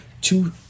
two